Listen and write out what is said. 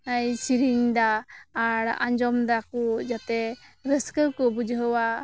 ᱮᱭ ᱥᱮᱨᱮᱧ ᱫᱟ ᱟᱨ ᱟᱸᱡᱚᱢ ᱫᱟᱠᱚ ᱡᱟᱛᱮ ᱨᱟᱹᱥᱠᱟᱹ ᱠᱚ ᱵᱩᱡᱷᱟᱹᱣᱟ